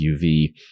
UV